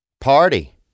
party